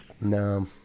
No